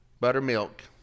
buttermilk